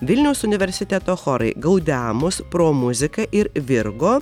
vilniaus universiteto chorai gaudeamus pro muzika ir virgo